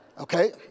Okay